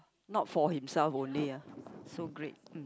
not for himself only ah so great